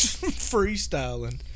freestyling